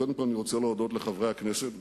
קודם כול אני רוצה להודות לחברי הכנסת,